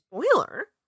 Spoiler